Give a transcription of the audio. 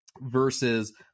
versus